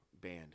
band